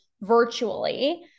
virtually